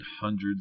hundreds